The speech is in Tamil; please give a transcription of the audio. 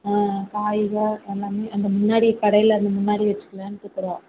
ஆ காய் தான் எல்லாமே அந்த முன்னாடி கடையில முன்னாடி வச்சுக்லான்ருக்குறோம்